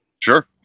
Sure